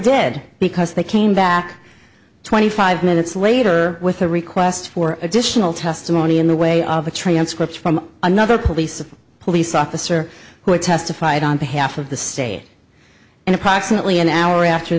did because they came back twenty five minutes later with a request for additional testimony in the way of a transcript from another police a police officer who testified on behalf of the state and approximately an hour after